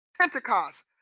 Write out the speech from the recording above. Pentecost